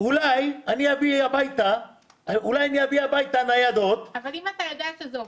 -- אולי אני אביא הביתה ניידות --- אם אתה יודע שזה עובד,